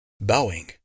bowing